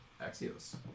Axios